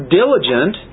diligent